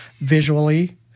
visually